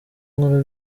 nkora